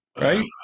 right